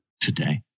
Today